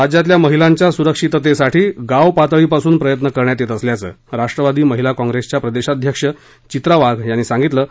राज्यातल्या महिलांच्या सुरक्षिततेसाठी गावपातळीपासून प्रयत्न करण्यात येत असल्याचं राष्ट्रवादी महिला कॉंप्रेसच्या प्रदेशाध्यक्षा चित्रा वाघ यांनी सांगितलं आहे